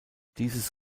dieses